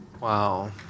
wow